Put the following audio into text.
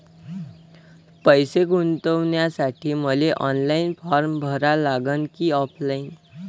पैसे गुंतन्यासाठी मले ऑनलाईन फारम भरा लागन की ऑफलाईन?